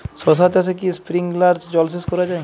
শশা চাষে কি স্প্রিঙ্কলার জলসেচ করা যায়?